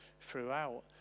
throughout